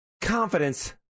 confidence